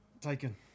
Taken